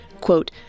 quote